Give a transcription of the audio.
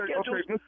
okay